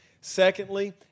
Secondly